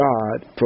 God